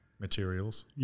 materials